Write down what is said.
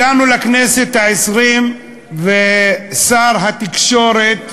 הגענו לכנסת העשרים, ושר התקשורת,